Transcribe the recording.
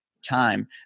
time